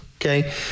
okay